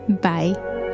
Bye